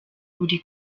buri